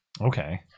Okay